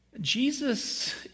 Jesus